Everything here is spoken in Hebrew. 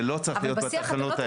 זה לא צריך להיות בתקנות האלה.